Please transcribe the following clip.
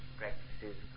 practices